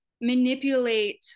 manipulate